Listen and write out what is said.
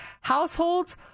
households